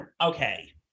Okay